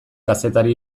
kazetari